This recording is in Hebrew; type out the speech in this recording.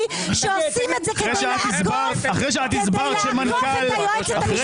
שעושים את זה כדי לעקוף את היועצת המשפטית.